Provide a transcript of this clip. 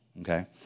okay